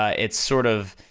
ah it's sort of,